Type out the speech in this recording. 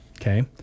Okay